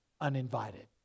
uninvited